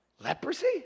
leprosy